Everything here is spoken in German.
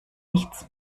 nichts